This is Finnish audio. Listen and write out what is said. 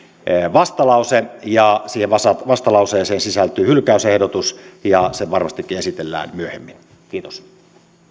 vastalause ja siihen vastalauseeseen sisältyy hylkäysehdotus ja se varmastikin esitellään myöhemmin kiitos